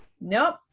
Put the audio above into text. Nope